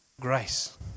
grace